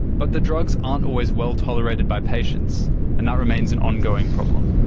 but the drugs aren't always well-tolerated by patients and that remains an on-going problem.